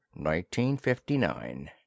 1959